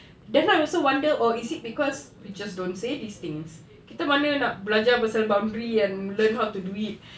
then I also wonder oh is it because we just don't say these things kita mana nak belajar pasal boundary and learn how to do it